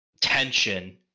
tension